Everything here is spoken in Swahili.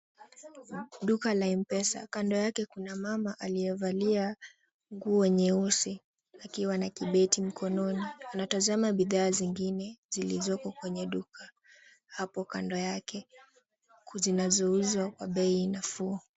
Duka la M-Pesa, kando yake kuna mama aliyevalia nguo nyeusi akiwa na kibeti mkononi. Anatazama bidhaa zingine zilizopo kwenye duka hapo kando yake, zinazouzwa kwa bei nafuu.